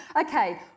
Okay